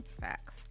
Facts